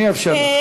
אני אאפשר לך.